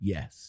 Yes